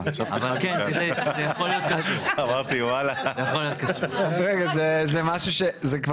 מדבקה מספיקה לשלושה ימים, זה מה שאני